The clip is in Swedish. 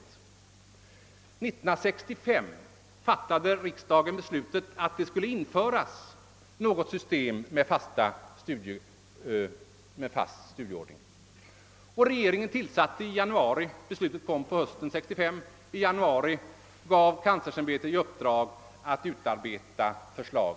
Jo, hösten 1965 fattade riksdagen beslut om att införa ett system med fast studieordning, och i januari 1966 gav regeringen kanslersämbetet uppdraget att utarbeta ett förslag.